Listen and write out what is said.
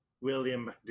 William